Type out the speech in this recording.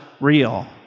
real